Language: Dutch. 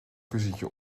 kussentje